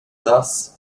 thus